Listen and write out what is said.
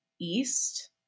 east